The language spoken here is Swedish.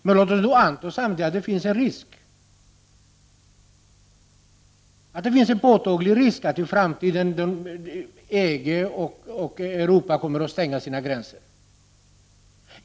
Men låt oss då 20 november 1989 samtidigt anta att det finns en påtaglig risk att EG och Europa i framtiden. stänger sina gränser!